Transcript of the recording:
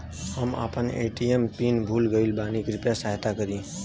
हम आपन ATM PIN भूल गईल बानी कृपया सहायता करी